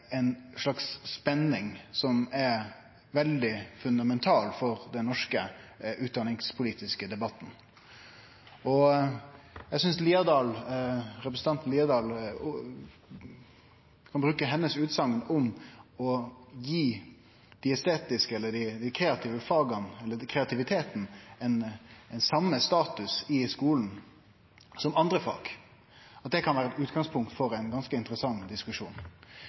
slags spenning som er veldig fundamental for den norske utdanningspolitiske debatten. Eg synest ein kan bruke utsegna til representanten Liadal om å gi dei estetiske eller dei kreative faga – kreativiteten – den same statusen i skulen som andre fag. Det kan vere utgangspunktet for ein ganske interessant diskusjon.